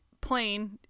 plane